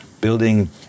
building